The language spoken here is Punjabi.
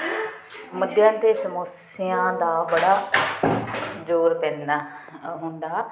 ਮੁੱਦਿਆਂ ਅਤੇ ਸਮੱਸਿਆ ਦਾ ਬੜਾ ਜ਼ੋਰ ਦਿੰਦਾ ਹੁੰਦਾ